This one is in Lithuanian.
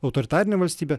autoritarinė valstybė